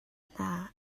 hna